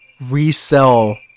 resell